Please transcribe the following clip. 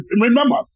remember